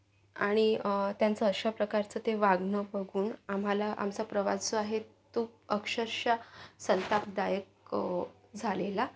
आणि त्यांचं अशाप्रकारचं ते वागणं बघून आम्हाला आमचा प्रवास जो आहे तो अक्षरशः संतापदायक झालेला